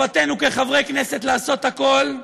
חובתנו כחברי כנסת לעשות הכול,